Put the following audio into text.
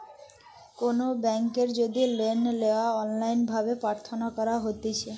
কোনো বেংকের যদি লোন লেওয়া অনলাইন ভাবে প্রার্থনা করা হতিছে